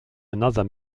another